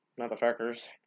Motherfuckers